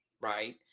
right